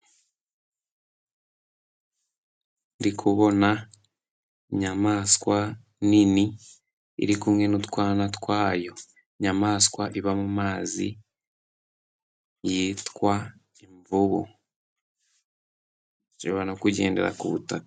Ndi kubona inyamaswa nini, iri kumwe n'utwana twayo, inyamaswa iba mu mazi yitwa imvubu. Ishobora no kugendera ku butaka.